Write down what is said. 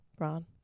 Ron